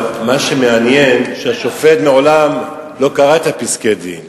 אבל מה שמעניין הוא שהשופט מעולם לא קרא את פסקי-הדין.